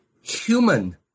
human